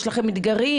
יש לכם אתגרים,